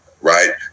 Right